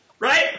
Right